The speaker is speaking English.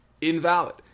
invalid